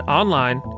online